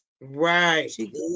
right